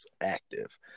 active